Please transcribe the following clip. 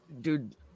dude